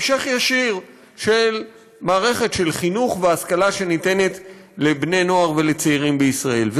המשך ישיר של מערכת של חינוך והשכלה שניתנת לבני נוער ולצעירים בישראל.